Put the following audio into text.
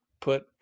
put